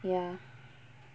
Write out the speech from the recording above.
ya